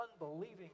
unbelieving